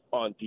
on